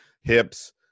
hips